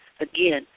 Again